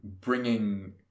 bringing